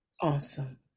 Awesome